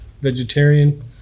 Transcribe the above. vegetarian